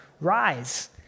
rise